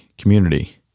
Community